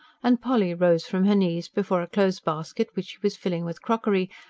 and polly rose from her knees before a clothes-basket which she was filling with crockery,